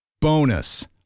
Bonus